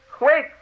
wait